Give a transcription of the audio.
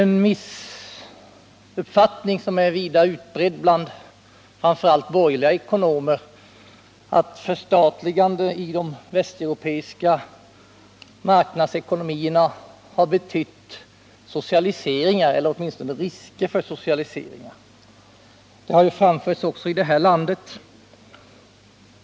En missuppfattning som är vida utbredd bland framför allt borgerliga ekonomer är att förstatliganden i de västeuropeiska marknadsekonomierna har betytt socialiseringar eller åtminstone risker för socialiseringar. Detta har framförts också i det här landet.